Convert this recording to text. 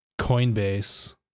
Coinbase